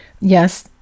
yes